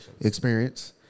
experience